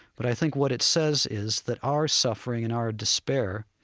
but i think what it says is that our suffering and our despair